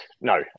No